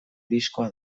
diskoa